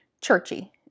churchy